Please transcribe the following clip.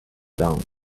down